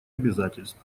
обязательств